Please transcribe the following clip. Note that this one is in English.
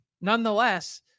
nonetheless